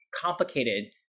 complicated